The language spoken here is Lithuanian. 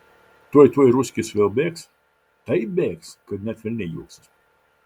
tuoj tuoj ruskis vėl bėgs taip bėgs kad net velniai juoksis